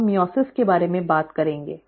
हम माइओसस के बारे में बात करेंगे